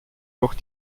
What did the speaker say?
durch